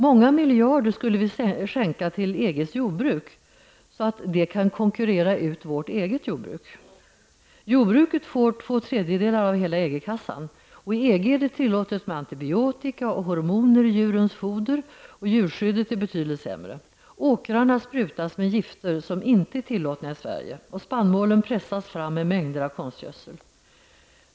Många miljarder skulle vi skänka till EGs jordbruk så att det kan konkurrera ut vårt eget jordbruk. Jordbruket får två tredjedelar av hela EG-kassan. I EG är det tillåtet med antibiotika och hormoner i djurens foder, och djurskyddet är betydligt sämre. Åkrarna sprutas med gifter som inte är tillåtna i Sverige, och spannmålen pressas fram med mängder av konstgödsel.